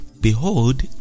Behold